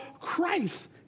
Christ